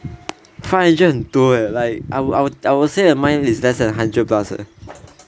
five hundred 很多 eh like I would I would say mine is less than hundred plus eh